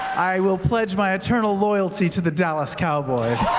i will pledge my eternal loyalty to the dallas cowboys.